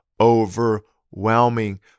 overwhelming